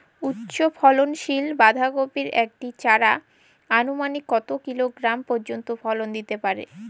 উচ্চ ফলনশীল বাঁধাকপির একটি চারা আনুমানিক কত কিলোগ্রাম পর্যন্ত ফলন দিতে পারে?